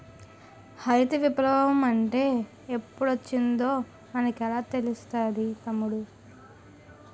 హరిత విప్లవ మంటే ఎప్పుడొచ్చిందో మనకెలా తెలుస్తాది తమ్ముడూ?